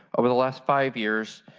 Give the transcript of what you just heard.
over the last five years,